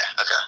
Okay